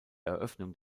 eröffnung